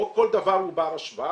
לא כל דבר הוא בר השוואה.